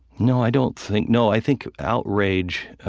no, i don't think no, i think outrage